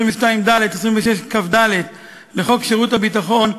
22ד ו-26כד לחוק שירות הביטחון,